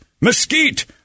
mesquite